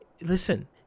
Listen